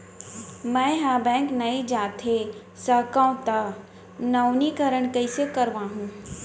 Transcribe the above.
मैं ह बैंक नई जाथे सकंव त नवीनीकरण कइसे करवाहू?